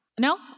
No